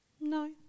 no